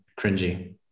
cringy